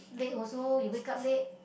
late also you wake up late